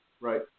Right